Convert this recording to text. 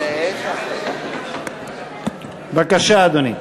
בבקשה, אדוני.